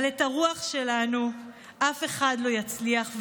אבל את הרוח שלנו אף אחד לא יצליח,